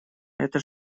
это